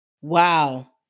Wow